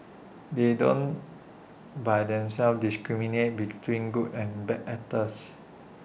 they don't by themselves discriminate between good and bad actors